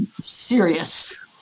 serious